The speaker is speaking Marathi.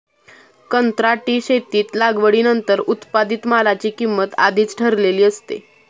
कंत्राटी शेतीत लागवडीनंतर उत्पादित मालाची किंमत आधीच ठरलेली असते